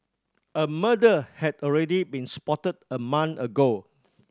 a murder had already been spotted a month ago